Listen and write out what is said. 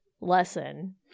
lesson